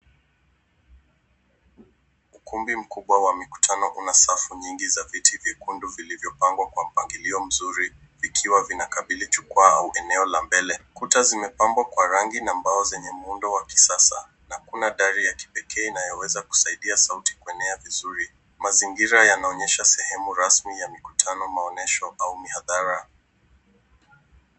Ukumbi mkubwa wa mikutano una safu nyingi za viti vyekundu vilivyopangwa kwa mpangilio mzuri, ikiwa vinakabili jukwaa au eneo la mbele. Kuta zimepambwa kwa rangi na mbao zenye muundo wa kisasa na kuna dari ya kipekee inayoweza kusaidia sauti kuenea vizuri. Mazingira yanaonyesha sehemu rasmi ya mikutano, maonyesho au mihadhara.